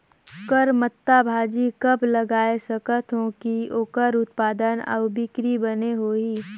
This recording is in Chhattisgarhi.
करमत्ता भाजी कब लगाय सकत हो कि ओकर उत्पादन अउ बिक्री बने होही?